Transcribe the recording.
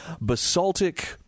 basaltic